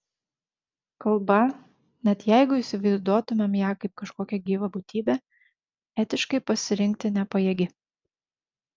kalba net jeigu įsivaizduotumėm ją kaip kažkokią gyvą būtybę etiškai pasirinkti nepajėgi